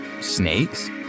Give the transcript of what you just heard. Snakes